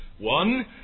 One